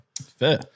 fair